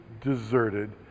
deserted